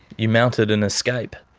you mounted an escape!